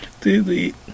Delete